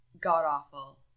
god-awful